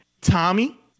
Tommy